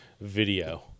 video